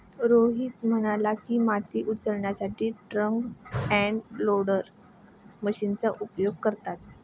रोहित म्हणाला की, माती उचलण्यासाठी फ्रंट एंड लोडर मशीनचा उपयोग करतात